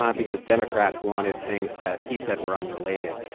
um because democrats wanted things that he said were unrelated.